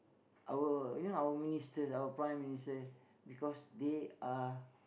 our you know our minister our Prime-Minister because they are